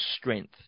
strength